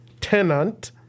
tenant